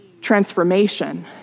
transformation